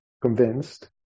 convinced